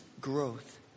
growth